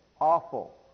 awful